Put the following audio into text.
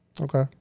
Okay